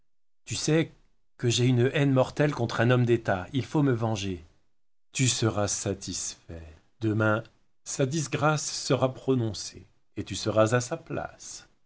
tu sais que j'ai une haine mortelle contre un homme d'état il faut me venger tu seras satisfait demain sa disgrâce sera prononcée et tu seras à sa place